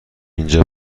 اینجا